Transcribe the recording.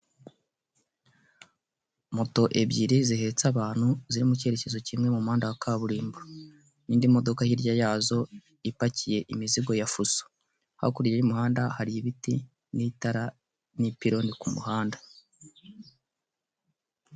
Moto ebyiri zihetse abantu ziri mukerekezo kimwe mu muhanda wa kaburimbo, indi modoka hirya yazo hari ipakiye imizigo ya Fuso, hakurya y'umuhanda hari ibiti n'itara n'ipironi ku muhanda.